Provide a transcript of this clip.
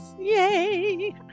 Yay